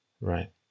Right